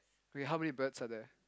wait how many birds are there